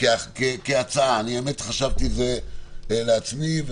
כהצעה חשבתי את זה לעצמי,